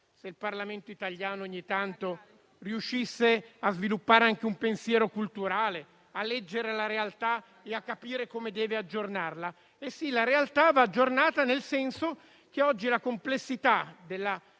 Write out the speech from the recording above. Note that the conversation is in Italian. se il Parlamento italiano ogni tanto riuscisse a sviluppare anche un pensiero culturale, a leggere la realtà e a capire come deve aggiornarla. La realtà va aggiornata nel senso che oggi la complessità della